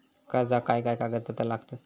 कर्जाक काय काय कागदपत्रा लागतत?